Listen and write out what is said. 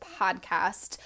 podcast